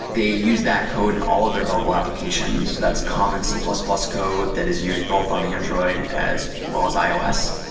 they use that code in all of their mobile applications. so that's common c plus plus code that is used both on android as well as ios.